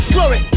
Glory